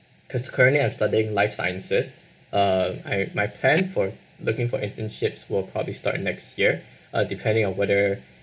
because currently I'm studying life sciences uh I my my plan for looking for internships will probably start in next year uh depending on whether